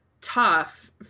tough